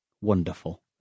Wonderful